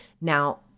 Now